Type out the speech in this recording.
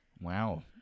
Wow